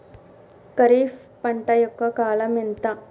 ఖరీఫ్ పంట యొక్క కాలం ఎంత?